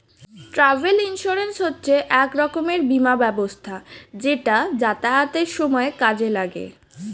travel insurance হচ্ছে এক রকমের বীমা ব্যবস্থা যেটা যাতায়াতের সময় কাজে লাগে